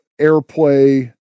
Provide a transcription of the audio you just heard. airplay